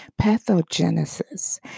pathogenesis